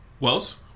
Wells